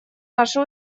наши